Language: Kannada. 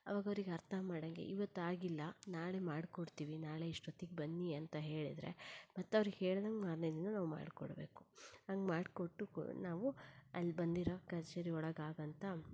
ಆವಾಗ ಅವ್ರಿಗೆ ಅರ್ಥ ಮಾಡಂಗೆ ಇವತ್ತು ಆಗಿಲ್ಲ ನಾಳೆ ಮಾಡಿಕೊಡ್ತಿವಿ ನಾಳೆ ಇಷ್ಟೊತ್ತಿಗೆ ಬನ್ನಿ ಅಂತ ಹೇಳಿದರೆ ಮತ್ತು ಅವ್ರು ಹೇಳ್ದಂಗೆ ಮಾರನೇ ದಿನ ನಾವು ಮಾಡಿಕೊಡ್ಬೇಕು ಹಂಗ್ ಮಾಡಿಕೊಟ್ಟು ನಾವು ಅಲ್ಲಿ ಬಂದಿರೋ ಕಚೇರಿ ಒಳಗಾಗೋವಂಥ